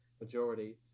majority